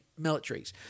militaries